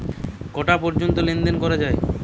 কটা পর্যন্ত লেন দেন করা য়ায়?